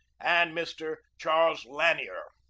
and mr. charles lanier.